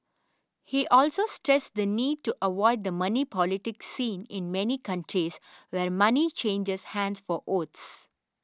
he also stressed the need to avoid the money politics seen in many countries where money changes hands for votes